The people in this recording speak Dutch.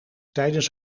tijdens